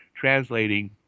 translating